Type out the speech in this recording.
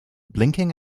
blinking